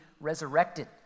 resurrected